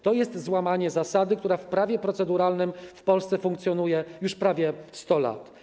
To jest złamanie zasady, która w prawie proceduralnym w Polsce funkcjonuje już prawie 100 lat.